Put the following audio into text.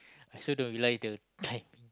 I also don't really like the